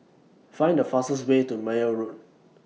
Find The fastest Way to Meyer Road